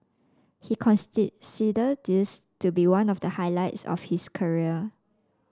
he this to be one of the highlights of his career